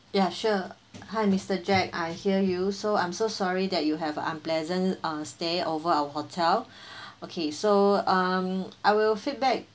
ya sure hi mister jack I hear you so I'm so sorry that you have unpleasant uh stay over our hotel okay so um I will feedback